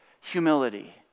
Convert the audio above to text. humility